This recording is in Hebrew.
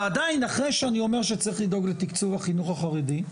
ועדיין אחרי שאני אומר שצריך לדאוג לתקצוב החינוך החרדי,